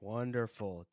Wonderful